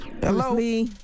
Hello